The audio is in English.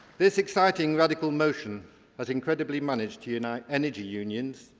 this exciting radical motion has incredibly managed to unite energy unions,